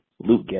Luke